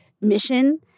mission